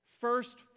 first